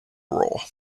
role